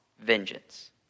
vengeance